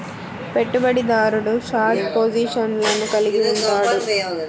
పెట్టుబడిదారుడు షార్ట్ పొజిషన్లను కలిగి ఉంటాడు